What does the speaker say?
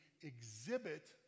exhibit